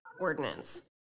ordinance